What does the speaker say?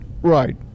Right